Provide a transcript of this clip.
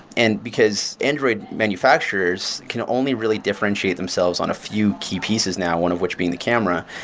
and because android manufacturers can only really differentiate themselves on a few key pieces now, one of which being the camera,